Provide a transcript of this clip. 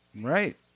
Right